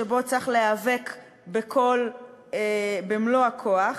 שבו צריך להיאבק במלוא הכוח,